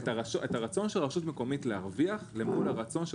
-- את הרצון של רשות מקומית להרוויח למול הרצון של